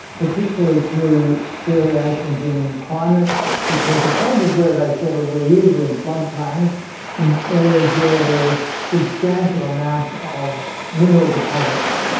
particularly to variations in climate because the places where they settled were usually in floodplains in areas where there was substantial amounts of mineral deposits.